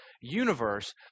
universe